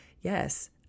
yes